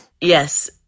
Yes